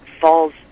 falls